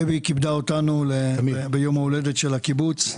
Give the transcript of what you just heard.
דבי כיבדה אותנו ביום הולדת של הקיבוץ.